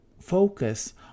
focus